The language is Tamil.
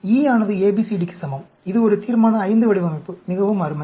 E ஆனது ABCD க்கு சமம் இது ஒரு தீர்மான V வடிவமைப்பு மிகவும் அருமை